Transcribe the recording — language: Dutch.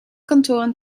kantoren